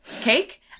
cake